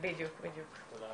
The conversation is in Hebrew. (מוקרן סרטון)